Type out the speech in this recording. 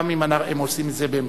גם אם הם עושים את זה באמצעותנו.